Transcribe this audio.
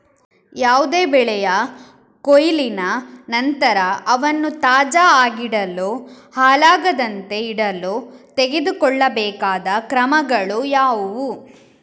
ಯಾವುದೇ ಬೆಳೆಯ ಕೊಯ್ಲಿನ ನಂತರ ಅವನ್ನು ತಾಜಾ ಆಗಿಡಲು, ಹಾಳಾಗದಂತೆ ಇಡಲು ತೆಗೆದುಕೊಳ್ಳಬೇಕಾದ ಕ್ರಮಗಳು ಯಾವುವು?